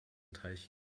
teich